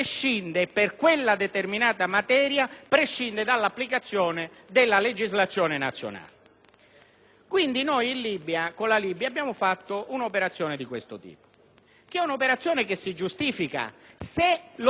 Quindi, con la Libia abbiamo fatto un'operazione di questo tipo, che si giustifica se lo scopo del Trattato è quello di riparare i danni dell'esperienza coloniale italiana in Libia